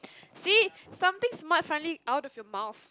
see something smart finally out of your mouth